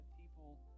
people